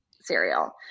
cereal